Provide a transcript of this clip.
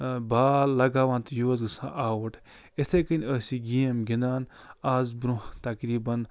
بال لاگاوان تہٕ یہِ اوس گَژھان آوُٹ یِتھَے کٔنۍ ٲس یہِ گیم گنٛدان آز برٛوںٛہہ تقریٖباً